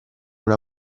una